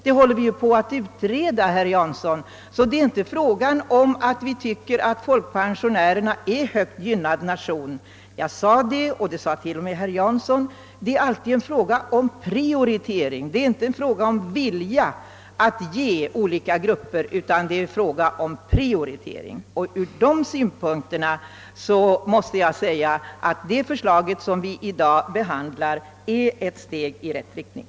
Det är alltså inte fråga om att vi be traktar folkpensionärerna som mest gynnad part. Jag sade — och det medgav även herr Jansson — att det inte är fråga om viljan att ge olika grupper utan att det är en fråga om prioritering. Ur dessa synpunkter måste jag säga att det propositionsförslag vi i dag behandlar är ett steg i rätt riktning.